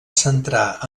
centrar